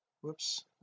whoops